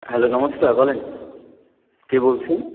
hello নমস্কার বলেন কে বলছেন